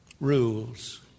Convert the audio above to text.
rules